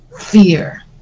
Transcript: fear